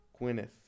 Gwyneth